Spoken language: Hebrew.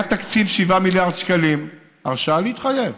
היה תקציב 7 מיליארד שקלים, הרשאה להתחייב.